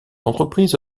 entreprise